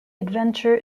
adventure